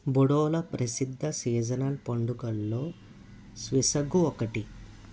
బొడోల ప్రసిద్ధ సీజనల్ పండుగల్లో బ్వీసగు ఒకటి